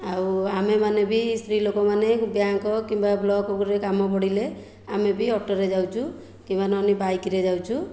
ଆଉ ଆମେମାନେ ବି ସ୍ତ୍ରୀଲୋକମାନେ ବ୍ୟାଙ୍କ କିମ୍ବା ବ୍ଲକରେ କାମ ପଡ଼ିଲେ ଆମେ ବି ଅଟୋରେ ଯାଉଛୁ କିମ୍ବା ନହେଲେ ବାଇକରେ ଯାଉଛୁ